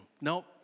Nope